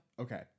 Okay